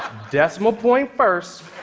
decimal point first,